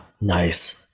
nice